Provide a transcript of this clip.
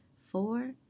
four